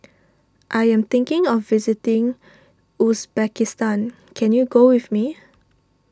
I am thinking of visiting Uzbekistan can you go with me